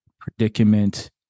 predicament